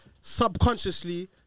subconsciously